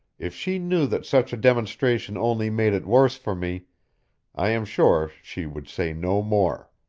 if she knew that such a demonstration only made it worse for me i am sure she would say no more.